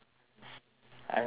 I'm just kidding